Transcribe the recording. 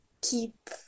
keep